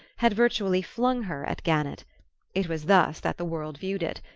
had virtually flung her at gannett it was thus that the world viewed it.